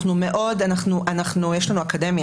יש לנו אקדמיה,